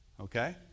okay